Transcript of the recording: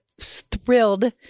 thrilled